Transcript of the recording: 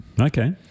Okay